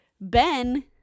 Ben